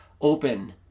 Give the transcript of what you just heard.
open